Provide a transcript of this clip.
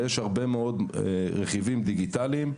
ויש הרבה מאוד רכיבים דיגיטליים.